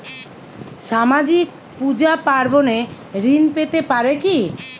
সামাজিক পূজা পার্বণে ঋণ পেতে পারে কি?